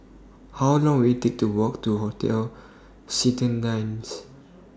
How Long Will IT Take to Walk to Hotel Citadines